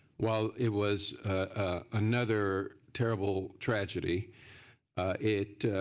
while it was another terrible tragedy it